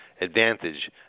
advantage